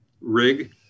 rig